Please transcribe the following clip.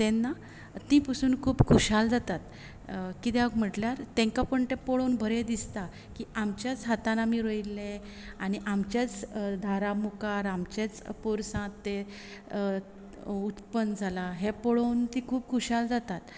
तेन्ना ती पसून खूब खुशाल जातात कित्याक म्हणल्यार तांकां ते पळोवन बरें दिसता की आमच्याच हातान आमी रोयल्ले आनी आमच्याच दारा मुखार आमचेच पोरसांत ते उतपन जाला हे पळोवन ती खूब खुशाल जातात